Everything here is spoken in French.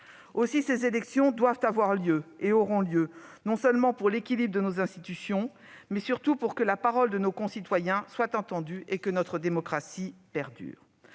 Ces élections doivent avoir lieu- et auront lieu -, non seulement pour l'équilibre de nos institutions, mais aussi pour garantir que la parole de nos concitoyens soit entendue et que notre démocratie perdure.